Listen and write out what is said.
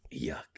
Yuck